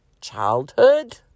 childhood